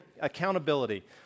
accountability